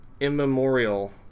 immemorial